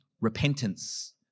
repentance